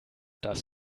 das